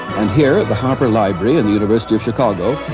and here at the harper library of the university of chicago,